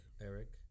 Eric